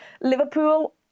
Liverpool